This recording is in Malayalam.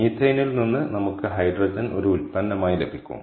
മീഥേനിൽ നിന്ന് നമുക്ക് ഹൈഡ്രജൻ ഒരു ഉൽപ്പന്നമായി ലഭിക്കും